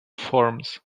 forms